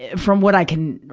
from what i can,